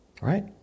right